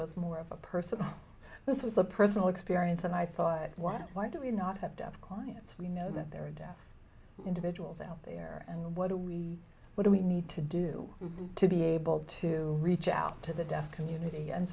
was more of a personal this was a personal experience and i thought why not why do we not have to have clients we know that there are deaf individuals out there and what do we what do we need to do to be able to reach out to the deaf community and